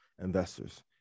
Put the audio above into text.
investors